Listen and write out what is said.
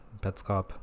Petscop